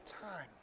time